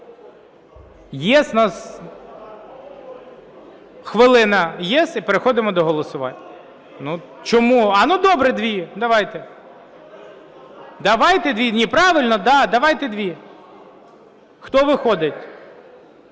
Хвилина "ЄС" і переходимо до голосування.